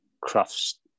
crafts